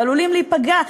ועלולים להיפגע,